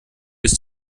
ist